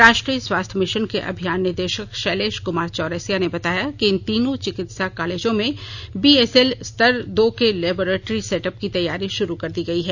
राष्ट्रीय स्वास्थ्य मिशन के अभियान निदेशक शैलेश कुमार चौरसिया ने बताया कि इन तीनों चिकित्सा कॉलेजों में बीएसएल स्तर दो के लेबोरेट्री सेटअप की तैयारी शुरू कर दी गई है